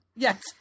Yes